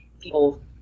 people